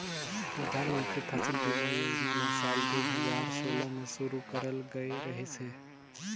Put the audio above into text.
परधानमंतरी फसल बीमा योजना ल साल दू हजार सोला में शुरू करल गये रहीस हे